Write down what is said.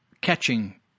catching